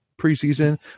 preseason